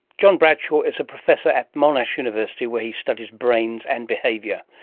john bradshaw is a professor at monash university where he studies brains and behaviours.